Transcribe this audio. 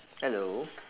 hello